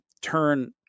turn –